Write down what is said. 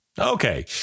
Okay